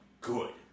good